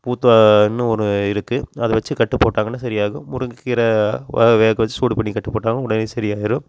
பூத்தன்னு ஒன்று இருக்குது அது வச்சு கட்டு போட்டாங்கன்னா சரியாகும் முருங்கை கீரை வேக வச்சு சூடு பண்ணி கட்டு போட்டாலும் உடனே சரியாயிடும்